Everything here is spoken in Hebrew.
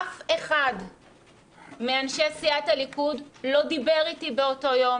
אף אחד מאנשי סיעת הליכוד לא דיבר איתי באותו יום